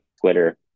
twitter